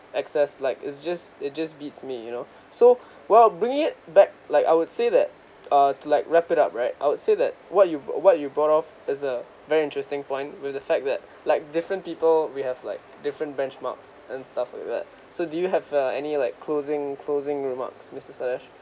access like it's just it just beats me you know so well bring it back like I would say that uh like wrap it up right I would say that what you what you bought off is a very interesting point with the fact that like different people we have like different benchmarks and stuff like that so do you have uh any like closing closing remarks mister sadesh